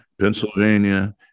Pennsylvania